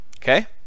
Okay